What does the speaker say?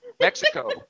Mexico